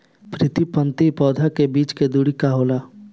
प्रति पंक्ति पौधे के बीच के दुरी का होला?